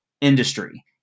industry